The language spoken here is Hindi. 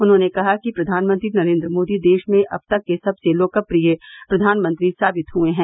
उन्होंने कहा कि प्रधानमंत्री नरेन्द्र मोदी देश में अब तक के सबसे लोकप्रिय प्रधानमंत्री साबित हुए हैं